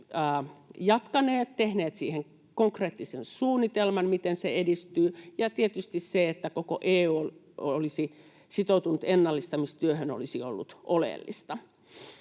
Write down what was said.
jatkaneet, tehneet konkreettisen suunnitelman siitä, miten se edistyy. Ja tietysti se, että koko EU olisi sitoutunut ennallistamistyöhön, olisi ollut oleellista.